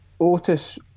Otis